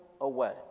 away